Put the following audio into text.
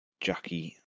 Jackie